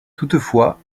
toutefois